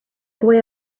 boy